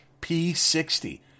P60